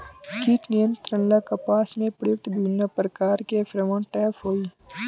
कीट नियंत्रण ला कपास में प्रयुक्त विभिन्न प्रकार के फेरोमोनटैप होई?